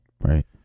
Right